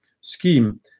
scheme